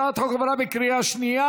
הצעת החוק עברה בקריאה שנייה.